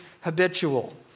habitual